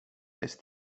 jest